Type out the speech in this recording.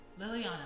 Liliana